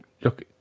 look